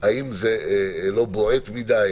האם זה לא בועט מידיי,